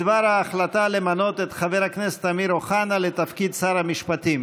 בדבר ההחלטה למנות את חבר הכנסת אמיר אוחנה לתפקיד שר המשפטים.